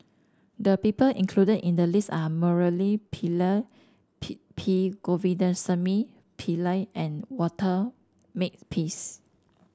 the people included in the list are Murali Pillai P P Govindasamy Pillai and Walter Makepeace